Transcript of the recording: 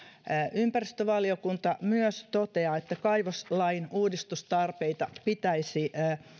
ympäristövaliokunta toteaa myös että kaivoslain uudistustarpeita pitäisi